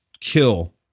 kill